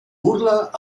burla